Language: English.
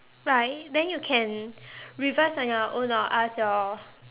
right then you can revise on your own or ask your